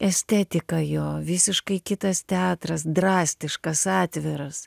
estetika jo visiškai kitas teatras drastiškas atviras